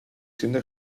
siendo